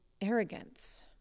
arrogance